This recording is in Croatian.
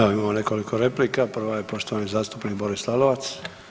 Evo, imamo nekoliko replika, prva je poštovani zastupnik Boris Lalovac.